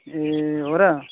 ए हो र